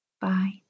Bye